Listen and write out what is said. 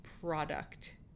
product